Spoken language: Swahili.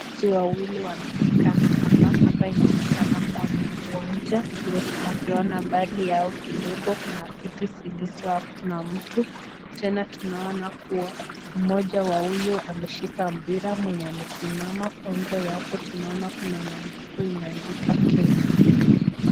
Wachezaji wawili wanaonekana hapa, hapa inaonekana kuwa ni uwanja vile tunavyoona, mbali yao kidogo kuna viti zilizo hakuna mtu, tena tunaona kuwa, mmoja wa huyo ameshika mpira mwenye amesimama, kwa nguo yake tunaona kuna maandiko imeandika Kenya.